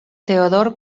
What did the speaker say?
teodor